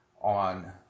on